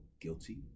guilty